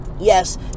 yes